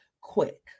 Quick